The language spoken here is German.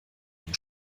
dem